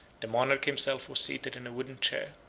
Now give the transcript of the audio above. the monarch himself was seated in a wooden chair.